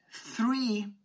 three